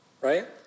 right